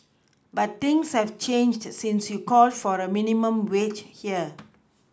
but things have changed since you called for a minimum wage here